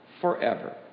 forever